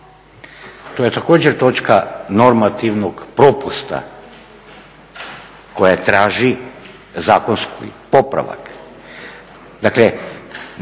To je također točka normativnog propusta koja traži zakonski popravak.